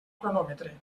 cronòmetre